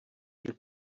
you